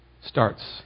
starts